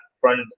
front